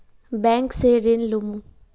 Bank से ऋण लुमू?